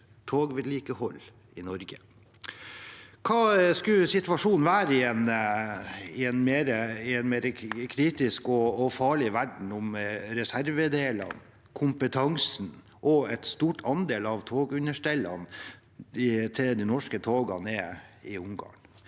togvedlikehold i Norge. Hvordan skulle situasjonen vært i en mer kritisk og farlig verden om reservedeler, kompetanse og en stor andel av understellene til de norske togene er i Ungarn?